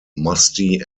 musty